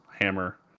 Hammer